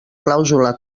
clàusula